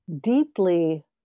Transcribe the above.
deeply